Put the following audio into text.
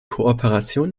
kooperation